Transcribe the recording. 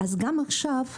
גם עכשיו,